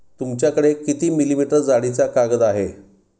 तुमच्याकडे किती मिलीमीटर जाडीचा कागद आहे?